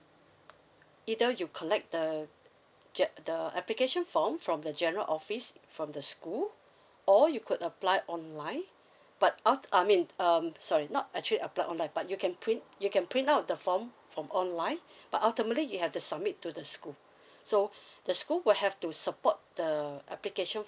either you collect the get the application form from the general office from the school or you could apply online but aft~ I mean um sorry not actually apply online but you can print you can print out the form from online but ultimately you have to submit to the school so the school will have to support the application